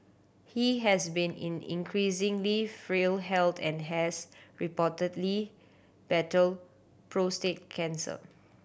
he has been in increasingly frail health and has reportedly battled prostate cancer